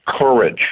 courage